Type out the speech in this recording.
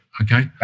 okay